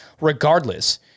regardless